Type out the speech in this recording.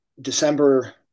December